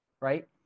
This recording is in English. right